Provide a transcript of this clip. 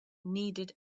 needed